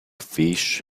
fish